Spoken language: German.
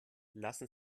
lassen